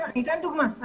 אני אתן דוגמאות.